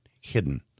hidden